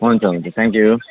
हुन्छ हुन्छ thank you